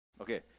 okay